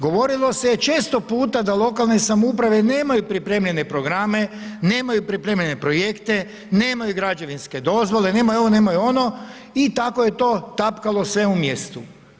Govorilo se često puta da lokalne samouprave nemaju pripremljene programe, nemaju pripremljene projekte, nemaju građevinske dozvole, nemaju ovo, nemaju ono i tako je to tapkalo sve u mjestu.